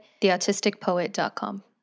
theautisticpoet.com